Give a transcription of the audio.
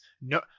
No